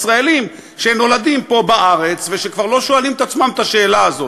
ישראלים שנולדים פה בארץ וכבר לא שואלים את עצמם את השאלה הזאת.